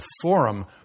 forum